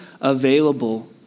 available